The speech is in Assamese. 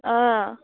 অঁ